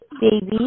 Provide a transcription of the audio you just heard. baby